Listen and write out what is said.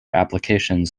applications